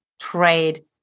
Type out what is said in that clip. trade